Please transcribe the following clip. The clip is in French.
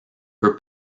peu